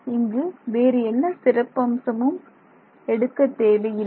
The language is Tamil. இங்கு வேறு என்ன சிறப்பம்சமும் எடுக்கத் தேவையில்லை